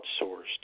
outsourced